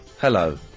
Hello